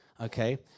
Okay